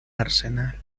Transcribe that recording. arsenal